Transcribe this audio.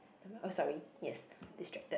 am I sorry yes distracted